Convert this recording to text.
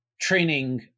training